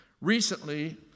Recently